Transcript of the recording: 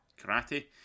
karate